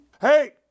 Hey